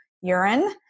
Urine